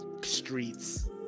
streets